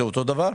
זה אותו הדבר?